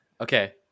okay